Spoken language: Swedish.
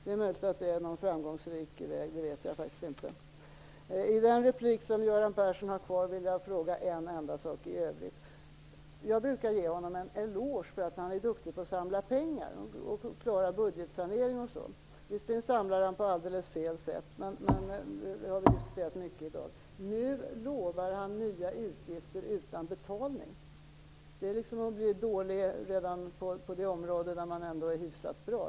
Det är möjligt att det är någon framgångsrik väg, men det vet jag inte. Jag vill att Göran Persson i sitt sista anförande skall kommentera en enda sak. Jag brukar ge honom en eloge för att han är duktig på att samla in pengar och klara budgetsanering osv. Visserligen samlar han på helt fel sätt, vilket vi har diskuterat mycket i dag. Nu lovar han emellertid nya utgifter utan betalning. Därigenom blir han dålig redan på det område där han är hyfsat bra.